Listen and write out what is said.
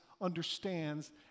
understands